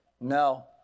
No